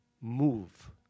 move